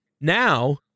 Now